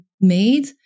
made